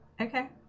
okay